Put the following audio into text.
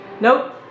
Nope